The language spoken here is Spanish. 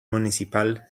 municipal